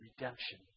Redemption